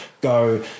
go